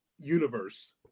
universe